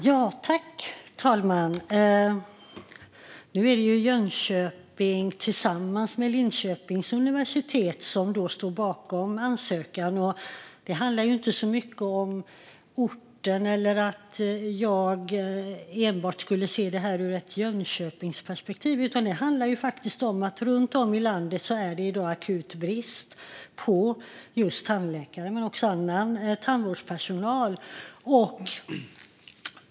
Herr talman! Nu är det Högskolan i Jönköping tillsammans med Linköpings universitet som står bakom ansökan. Det handlar inte så mycket om orten eller att jag enbart skulle se detta ur ett Jönköpingsperspektiv, utan det handlar faktiskt om att det i dag är akut brist på just tandläkare men också annan tandvårdspersonal runt om i landet.